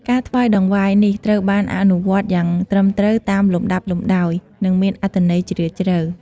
ការថ្វាយតង្វាយនេះ ត្រូវបានអនុវត្តន៍យ៉ាងត្រឹមត្រូវតាមលំដាប់លំដោយ និងមានអត្ថន័យជ្រាលជ្រៅ។